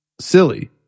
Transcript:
silly